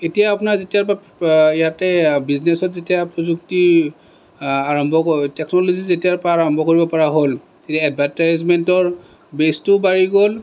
এতিয়া আপোনাৰ যেতিয়াৰ পৰা ইয়াতে বিজনেচত যেতিয়া প্ৰযুক্তি আৰম্ভ টেকনলজি যেতিয়াৰ পৰা আৰম্ভ কৰিব পৰা হ'ল তেতিয়া এডভাৰটাইজমেণ্টৰ বেচটোও বাঢ়ি গ'ল